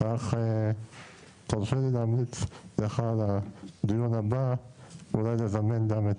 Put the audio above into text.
רק תרשה לי להמליץ לך לדיון הבא אולי לזמן גם את